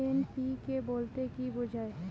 NPK বলতে কী বোঝায়?